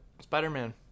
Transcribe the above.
Spider-Man